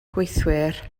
gweithwyr